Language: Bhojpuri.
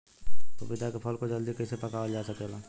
पपिता के फल को जल्दी कइसे पकावल जा सकेला?